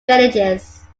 villages